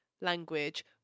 language